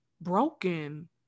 broken